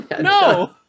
No